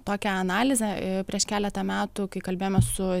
tokią analizę i prieš keletą metų kai kalbėjome su